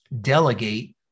delegate